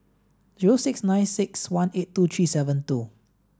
zero six nine six one eight two three seven two